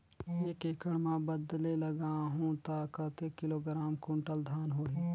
एक एकड़ मां बदले लगाहु ता कतेक किलोग्राम कुंटल धान होही?